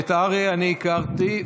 את אריה אני הכרתי.